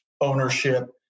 ownership